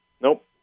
Nope